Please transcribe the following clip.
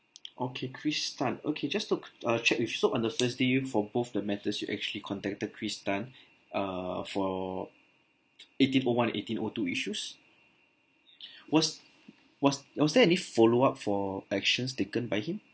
okay chris tan okay just look uh check with so on the first day for both the matters you actually contacted chris tan err for eighteen O one and eighteen O two issues was was was there any follow up for actions taken by him